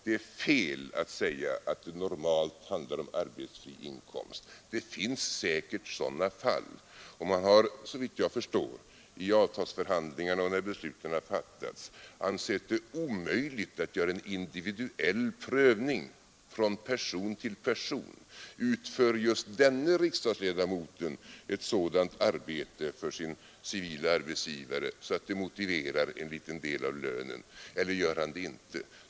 Det är fel att säga att det normalt handlar om arbetsfri inkomst. Det finns säkert sådana fall, och man har såvitt jag förstår i avtalsförhandlingarna och när besluten har fattats ansett det omöjligt att göra en individuell prövning från person till person. Det går inte att ställa frågor av typen: Utför just den riksdagsledamoten ett sådant arbete för sin civila arbetsgivare att det motiverar en liten del av lönen eller gör han det inte?